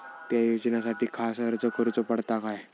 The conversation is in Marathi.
त्या योजनासाठी खास अर्ज करूचो पडता काय?